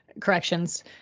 corrections